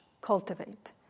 cultivate